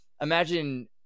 imagine